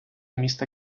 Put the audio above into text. міста